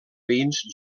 veïns